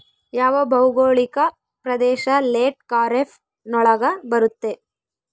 ಯಾವ ಭೌಗೋಳಿಕ ಪ್ರದೇಶ ಲೇಟ್ ಖಾರೇಫ್ ನೊಳಗ ಬರುತ್ತೆ?